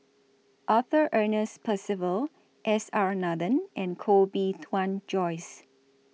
Arthur Ernest Percival S R Nathan and Koh Bee Tuan Joyce